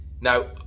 Now